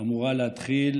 שאמורה להתחיל